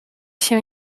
się